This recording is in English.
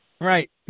Right